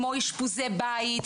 כמו אשפוזי בית,